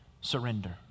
surrender